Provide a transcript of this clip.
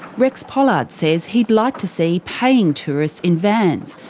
rex pollard says he'd like to see paying tourists in vans,